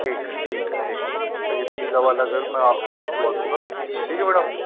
ठीक है ठीक है ठीक है तो ये पीला वाला घर मैं पहुंचवा दूँगा ठीक है मैडम